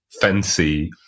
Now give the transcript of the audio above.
fancy